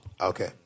Okay